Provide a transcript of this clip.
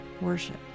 worship